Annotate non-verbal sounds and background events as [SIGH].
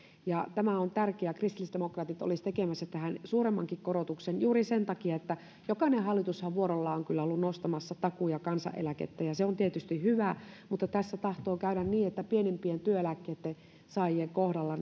tämä on tärkeä ja kristillisdemokraatit olisi tekemässä tähän suuremmankin korotuksen juuri sen takia että jokainen hallitushan vuorollaan on kyllä ollut nostamassa takuu ja kansaneläkettä ja se on tietysti hyvä mutta tässä tahtoo käydä niin että pienimpien työeläkkeitten saajien kohdalla [UNINTELLIGIBLE]